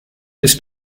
bis